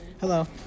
hello